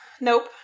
Nope